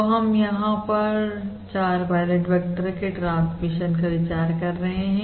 तो हम यहां पर 4 पायलट वेक्टर के ट्रांसमिशन का विचार कर रहे है